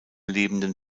lebenden